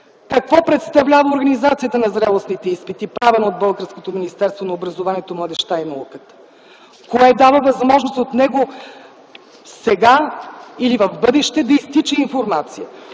какво представлява организацията на зрелостните изпити, правена от българското Министерство на образованието, младежта и науката, кое дава възможност от него сега или в бъдеще да изтича информация,